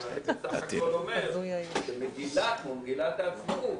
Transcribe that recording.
אני בסך הכול אומר שמגילה כמו מגילת העצמאות,